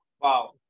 Wow